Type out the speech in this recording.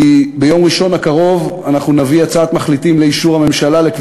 כי ביום ראשון הקרוב נביא לאישור הממשלה הצעת